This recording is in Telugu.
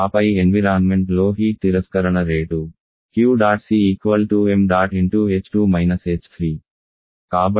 ఆపై ఎన్విరాన్మెంట్ లో హీట్ తిరస్కరణ రేటు Q̇̇C ṁ కాబట్టి అది 9